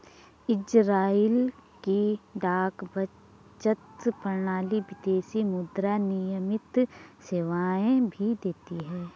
Israel की डाक बचत प्रणाली विदेशी मुद्रा विनिमय सेवाएं भी देती है